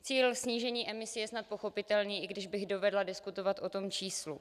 Cíl snížení emisí je snad pochopitelný, i když bych dovedla diskutovat o číslu.